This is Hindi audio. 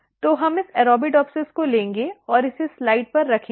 तो हम इस अरबिडोप्सिस को लेंगे और इसे स्लाइड पर रखेंगे